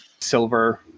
silver